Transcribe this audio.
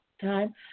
time